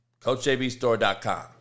CoachJBStore.com